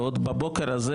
ועוד בבוקר הזה,